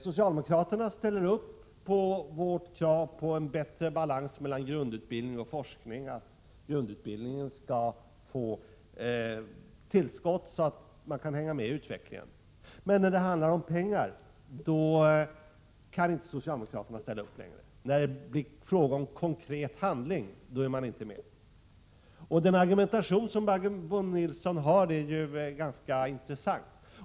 Socialdemokraterna ställer upp på vårt krav på bättre balans mellan grundutbildning och forskning, att grundutbildningen skall få tillskott så att man kan hänga med i utvecklingen. Men när det handlar om pengar, kan inte socialdemokraterna ställa upp längre. När det blir fråga om konkret handling, är de inte med. Den argumentation som Barbro Nilsson för är ganska intressant.